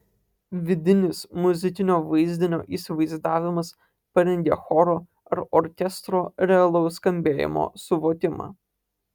vidinis muzikinio vaizdinio įsivaizdavimas parengia choro ar orkestro realaus skambėjimo suvokimą